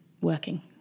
working